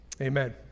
Amen